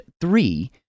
three